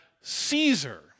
Caesar